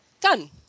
Done